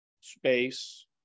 Space